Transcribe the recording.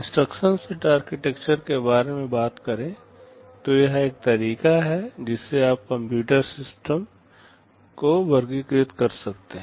instruction set architecture के बारे में बात करें तो यह एक तरीका है जिसमें आप कंप्यूटर सिस्टम को वर्गीकृत कर सकते हैं